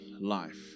life